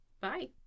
Bye